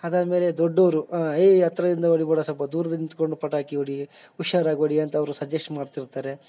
ಅದಾದ ಮೇಲೆ ದೊಡ್ಡವರು ಏಯ್ ಹತ್ರದಿಂದ ಹೊಡಿಬೇಡ ಸ್ವಲ್ಪ ದೂರದಿಂದ ನಿಂತ್ಕೊಂಡು ಪಟಾಕಿ ಹೊಡಿ ಹುಶಾರಾಗ್ ಹೊಡಿ ಅಂತ ಅವರು ಸಜೆಸ್ಟ್ ಮಾಡ್ತಿರ್ತಾರೆ